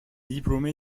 diplômé